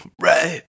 Right